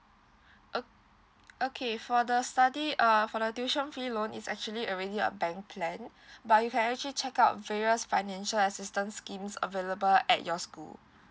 o okay for the study err for the tuition fee loan is actually a really a bank plan but you can actually check out various financial assistance schemes available at your school